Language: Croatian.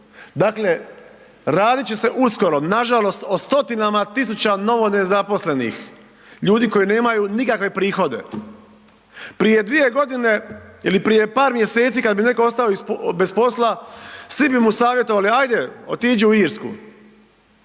Dakle, radit će se uskoro nažalost o 100-tinama tisuća novo nezaposlenih, ljudi koji nemaju nikakve prihode. Prije 2 godine ili prije par mjeseci kad bi netko ostao bez posla, svi bi mu savjetovali ajde otiđi u Irsku,